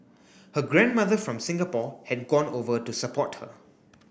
her grandmother from Singapore had gone over to support her